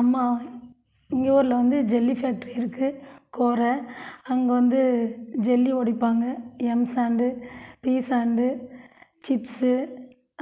அம்மா எங்கள் ஊரில் வந்து ஜெல்லி ஃபேக்ட்ரி இருக்குது கோர அங்கே வந்து ஜெல்லி உடைப்பாங்க M sand P sand chips